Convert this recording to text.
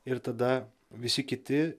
ir tada visi kiti